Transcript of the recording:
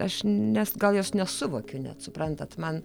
aš nes gal jos nesuvokiu net suprantat man